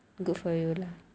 good for you lah